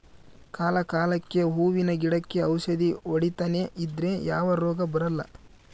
ಕಾಲ ಕಾಲಕ್ಕೆಹೂವಿನ ಗಿಡಕ್ಕೆ ಔಷಧಿ ಹೊಡಿತನೆ ಇದ್ರೆ ಯಾವ ರೋಗ ಬರಲ್ಲ